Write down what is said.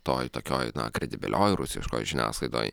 toj tokioj na kredibilioj rusiškoj žiniasklaidoj